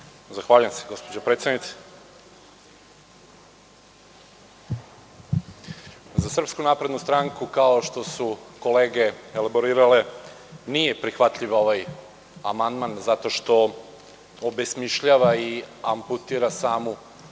Zahvaljujem se gospođo predsednice. Za SNS, kao što su kolege elaborirale, nije prihvatljiv ovaj amandman zato što obesmišljava i amputira samu